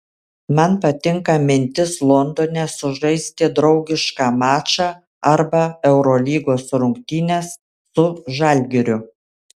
man patinka mintis londone sužaisti draugišką mačą arba eurolygos rungtynes su žalgiriu